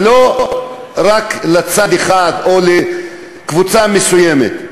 ולא רק לצד אחד או לקבוצה מסוימת.